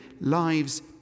lives